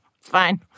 fine